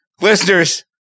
Listeners